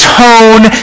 tone